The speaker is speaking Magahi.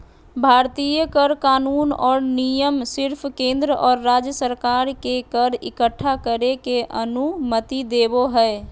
भारतीय कर कानून और नियम सिर्फ केंद्र और राज्य सरकार के कर इक्कठा करे के अनुमति देवो हय